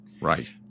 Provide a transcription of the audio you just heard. Right